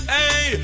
Hey